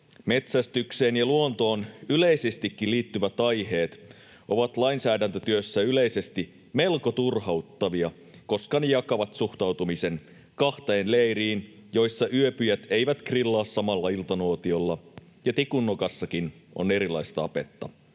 Metsästykseen ja luontoon yleisestikin liittyvät aiheet ovat lainsäädäntötyössä yleisesti melko turhauttavia, koska ne jakavat suhtautumisen kahteen leiriin, joissa yöpyjät eivät grillaa samalla iltanuotiolla ja tikunnokassakin on erilaista apetta.